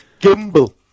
Gimbal